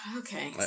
okay